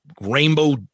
rainbow